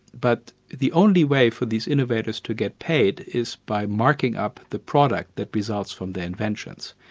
but the only way for these innovators to get paid is by marking up the product that results from the inventions.